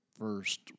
first